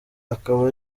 akaba